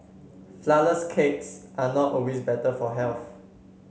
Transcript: flourless cakes are not always better for health